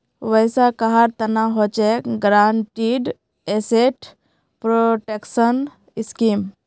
वैसा कहार तना हछेक गारंटीड एसेट प्रोटेक्शन स्कीम